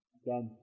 again